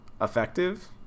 effective